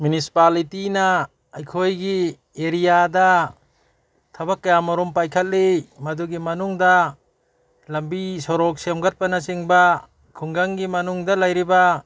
ꯃ꯭ꯌꯨꯅꯤꯁꯤꯄꯥꯜꯂꯤꯇꯤꯅ ꯑꯩꯈꯣꯏꯒꯤ ꯑꯦꯔꯤꯌꯥꯗ ꯊꯕꯛ ꯀꯌꯥꯃꯔꯣꯝ ꯄꯥꯏꯈꯠꯂꯤ ꯃꯗꯨꯒꯤ ꯃꯅꯨꯡꯗ ꯂꯝꯕꯤ ꯁꯣꯔꯣꯛ ꯁꯦꯝꯒꯠꯄꯅꯆꯤꯡꯕ ꯈꯨꯡꯒꯪꯒꯤ ꯃꯅꯨꯡꯗ ꯂꯩꯔꯤꯕ